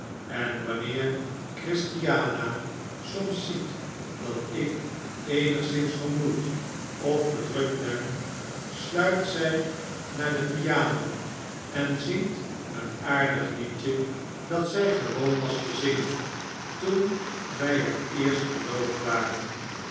en wanneer christiana soms ziet dat ik eenigszins vermoeid of gedrukt ben sluipt zy naar de piano en zingt een aardig liedje dat zij gewoon was te zingen toen wy het eerst verloord waren